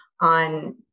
on